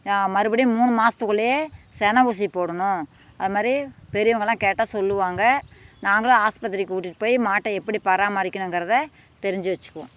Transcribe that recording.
மறுபடியும் மூணு மாசத்துக்குள்ளையே சென ஊசி போடுணும் அது மாரி பெரியவுங்கலாம் கேட்டா சொல்லுவாங்க நாங்களும் ஆஸ்பத்திரிக்கு கூட்டிட்டு போயி மாட்டை எப்படி பராமரிக்கணுங்கறதை தெரிஞ்சு வெச்சுக்குவோம்